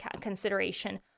consideration